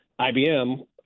IBM